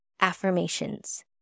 affirmations